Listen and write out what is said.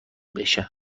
بشه